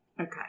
Okay